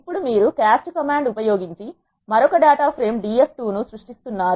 ఇప్పుడు మీరు cast command ఉపయోగించి మరొక డేటా ప్రేమ్ Df2 ను సృష్టిస్తున్నారు